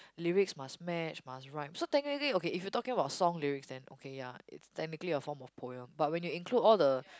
lyrics must match must rhyme so technically okay if you talking about song lyrics then okay ya it's technically a form of poem but when you include all the